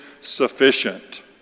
sufficient